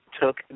took